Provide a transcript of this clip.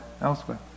elsewhere